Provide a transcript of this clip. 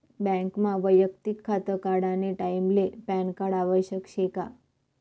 बँकमा वैयक्तिक खातं काढानी टाईमले पॅनकार्ड आवश्यक शे का?